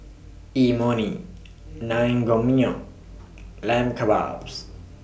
Imoni Naengmyeon Lamb Kebabs